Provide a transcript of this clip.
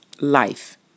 life